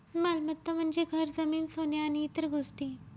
मालमत्ता म्हणजे घर, जमीन, सोने आणि इतर गोष्टी